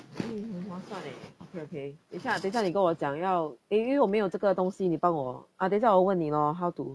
mm 很划算 leh okay okay 等一下等一下你跟我讲要因为因为我没有这个东西你帮我 ah 等下我问你 lor how to